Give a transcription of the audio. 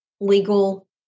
legal